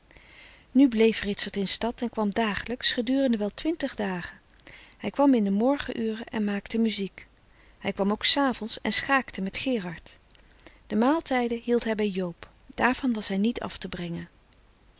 nu bleef ritsert in stad en kwam dagelijks gedurende wel twintig dagen hij kwam in de morgen uren en maakte muziek hij kwam ook s avonds en schaakte met gerard de maaltijden hield hij bij joob daarvan was hij niet af te brengen